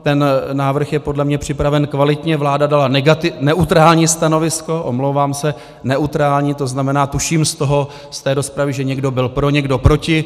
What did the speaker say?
Ten návrh je podle mě připraven kvalitně, vláda dala neutrální stanovisko neutrální, to znamená, tuším z toho, z té rozpravy, že někdo byl pro, někdo proti.